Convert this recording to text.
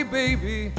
baby